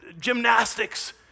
gymnastics